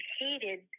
hated